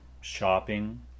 shopping